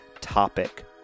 topic